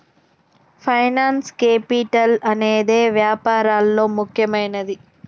finance capital అనేదే వ్యాపారాల్లో ముఖ్యమైనది